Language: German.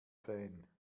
fan